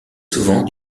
souvent